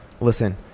listen